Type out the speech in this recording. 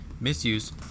misuse